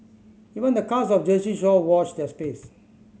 even the cast of Jersey Shore watch their space